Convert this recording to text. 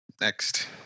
Next